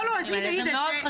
זה מאוד חשוב.